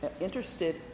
interested